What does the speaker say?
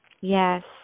Yes